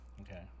Okay